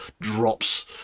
drops